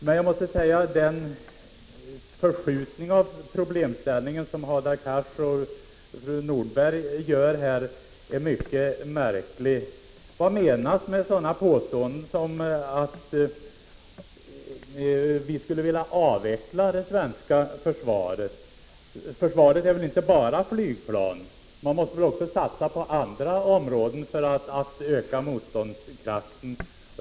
Men jag måste säga att den förskjutning av problemställningen som Hadar Cars och fru Norberg gör här är mycket märklig. Vad menas med ett påstående som att vi skulle vilja avveckla det svenska försvaret? Försvaret är väl inte bara flygplan. Man måste väl också satsa på andra områden för att öka motståndskraften.